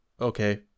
Okay